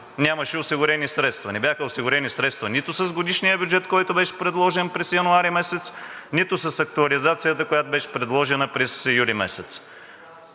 нямаше осигурени средства, не бяха осигурени средства нито с годишния бюджет, който беше предложен през януари месец, нито с актуализацията, която беше предложена през юли месец.